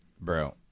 bro